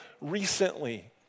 recently